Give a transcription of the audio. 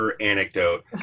anecdote